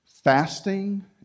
Fasting